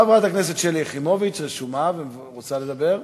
חברת הכנסת שלי יחימוביץ, רשומה, רוצה לדבר?